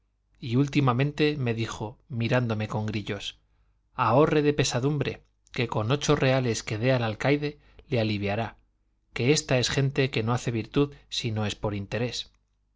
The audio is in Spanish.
y últimamente me dijo mirándome con grillos ahorre de pesadumbre que con ocho reales que dé al alcaide le aliviará que esta es gente que no hace virtud si no es por interés